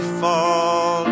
fall